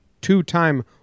two-time